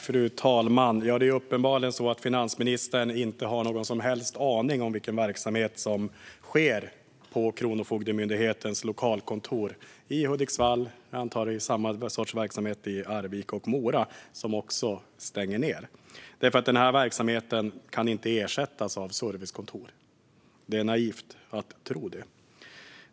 Fru talman! Finansministern har uppenbarligen inte någon som helst aning om vilken verksamhet som sker på Kronofogdemyndighetens lokalkontor i Hudiksvall. Antagligen är det samma sorts verksamhet på kontoren i Arvika och Mora, som också ska stängas. Den här verksamheten kan inte ersättas av servicekontor. Det är naivt att tro det.